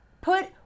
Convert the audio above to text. put